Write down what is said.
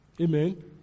Amen